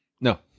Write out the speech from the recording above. No